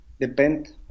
depend